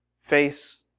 face